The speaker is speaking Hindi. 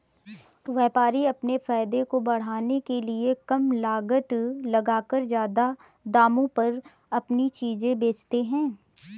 व्यापारी अपने फायदे को बढ़ाने के लिए कम लागत लगाकर ज्यादा दामों पर अपनी चीजें बेचते है